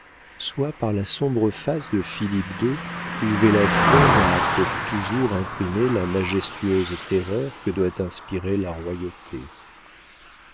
soit par la sombre face de philippe ii où vélasquez a pour toujours imprimé la majestueuse terreur que doit inspirer la royauté